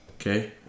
Okay